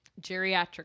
Geriatric